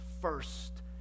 first